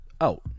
out